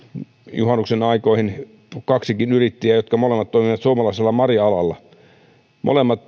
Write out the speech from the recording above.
juhannuksen aikoihin kaksikin yrittäjää jotka molemmat toimivat suomalaisella marja alalla molemmat